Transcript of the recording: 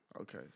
Okay